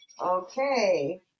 Okay